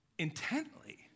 intently